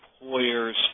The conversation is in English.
employers